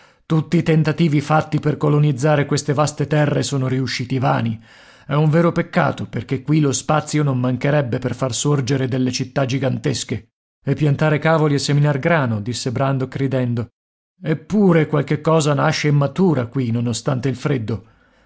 tutti i tentativi fatti per colonizzare queste vaste terre sono riusciti vani è un vero peccato perché qui lo spazio non mancherebbe per far sorgere delle città gigantesche e piantare cavoli e seminar grano disse brandok ridendo eppure qualche cosa nasce e matura qui nonostante il freddo